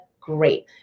great